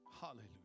Hallelujah